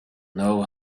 know